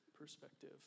Perspective